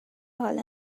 حالا